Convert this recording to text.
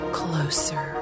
closer